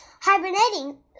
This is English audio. Hibernating